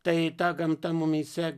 tai ta gamta mumyse